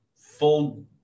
full